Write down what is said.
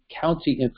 county